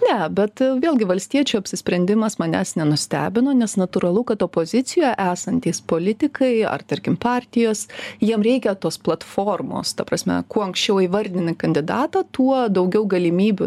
ne bet vėlgi valstiečių apsisprendimas manęs nenustebino nes natūralu kad opozicijoje esantys politikai ar tarkim partijos jiem reikia tos platformos ta prasme kuo anksčiau įvardini kandidatą tuo daugiau galimybių